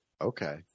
okay